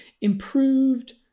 improved